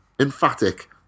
emphatic